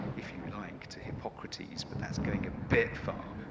if you like, to hippocrates, but that's going a bit far,